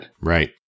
Right